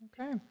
Okay